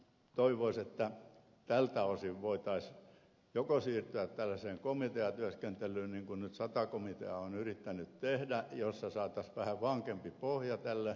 toivoisi että tältä osin voitaisiin siirtyä tällaiseen komiteatyöskentelyyn niin kuin nyt sata komitea on yrittänyt tehdä jossa saataisiin vähän vankempi pohja tälle valmistelulle